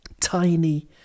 tiny